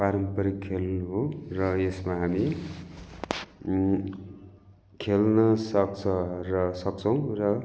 पारम्परिक खेल हो र यसमा हामी खेल्न सक्छ र सक्छौँ र